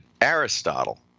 Aristotle